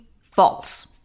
false